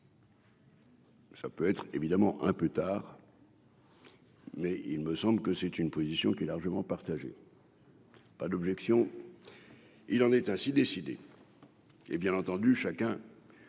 ça peut être évidemment un plus tard. Mais il me semble que c'est une position qui est largement partagée. Pas d'objection, il en est ainsi décidé. Et, bien entendu, chacun